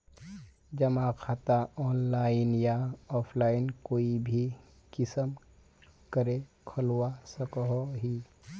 जमा खाता ऑनलाइन या ऑफलाइन कोई भी किसम करे खोलवा सकोहो ही?